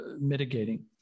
mitigating